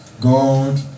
God